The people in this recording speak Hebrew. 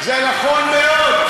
זה נכון מאוד,